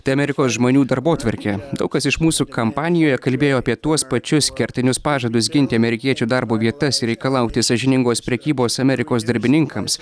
tai amerikos žmonių darbotvarkė daug kas iš mūsų kampanijoje kalbėjo apie tuos pačius kertinius pažadus ginti amerikiečių darbo vietas reikalauti sąžiningos prekybos amerikos darbininkams